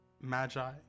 Magi